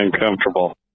uncomfortable